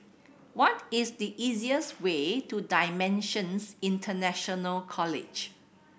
what is the easiest way to Dimensions International College